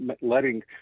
letting